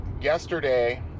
yesterday